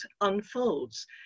unfolds